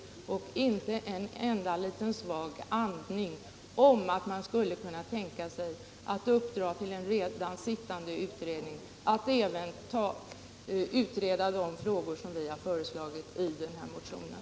Det finns inte en enda liten svag andning om att man skulle kunna tänka sig att uppdra åt en redan sittande utredning att även utreda de frågor vi har tagit upp i motionen.